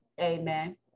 Amen